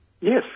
Yes